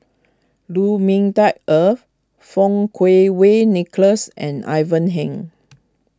Lu Ming Teh Earl Fang Kuo Wei Nicholas and Ivan Heng